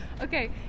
Okay